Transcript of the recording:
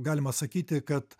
galima sakyti kad